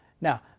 Now